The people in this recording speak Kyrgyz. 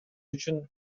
үчүн